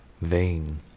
vain